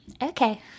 okay